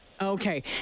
Okay